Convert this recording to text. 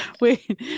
Wait